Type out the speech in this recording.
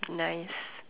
nice